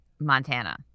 Montana